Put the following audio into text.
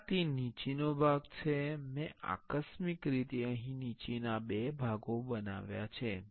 આ તે નીચેનો ભાગ છે મેં આકસ્મિક રીતે અહીં નીચેના બે ભાગો બનાવ્યા છે